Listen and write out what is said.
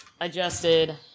adjusted